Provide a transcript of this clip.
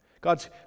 God's